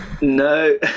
no